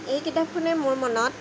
এই কিতাপখনে মোৰ মনত